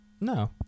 No